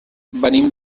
venim